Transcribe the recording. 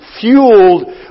fueled